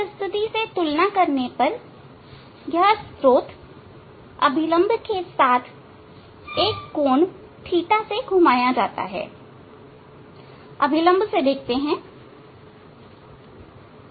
इस स्थिति से तुलना करने पर यह स्त्रोत अभिलंब से एक कोण ɵ से घुमाया जाता है अभिलंब से देखते हैं